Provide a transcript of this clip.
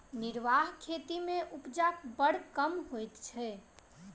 निर्वाह खेती मे उपजा बड़ कम होइत छै